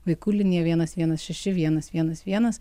vaikų linija vienas vienas šeši vienas vienas vienas